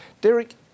Derek